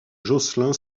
jocelyn